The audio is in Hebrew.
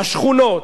השכונות,